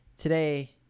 Today